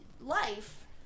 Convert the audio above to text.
life